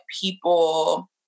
people